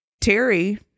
terry